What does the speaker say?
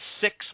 six